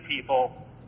people